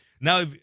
now